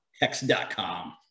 hex.com